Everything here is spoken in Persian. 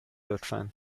لطفا